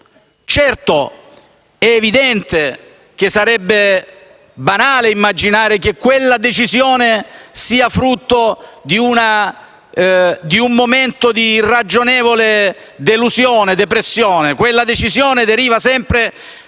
certo è evidente che sarebbe banale immaginare che quella decisione sia frutto di un momento di irragionevole delusione o di depressione.